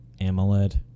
AMOLED